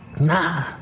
Nah